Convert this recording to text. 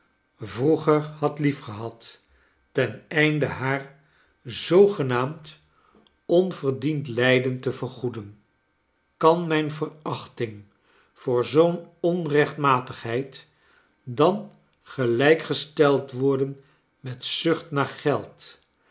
vroger had lief gehad ten einde haar haar zoogenaamd onverdiend lijden te vergoeden kan mijn verachting voor zoo'n onrechtmatigbeid dan gelijk gesteld worden met zucht naar geld